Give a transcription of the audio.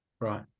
Right